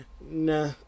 Nah